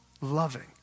loving